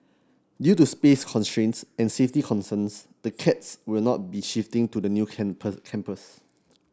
due to space constraints and safety concerns the cats will not be shifting to the new campus